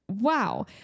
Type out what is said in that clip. wow